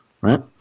right